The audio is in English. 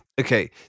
Okay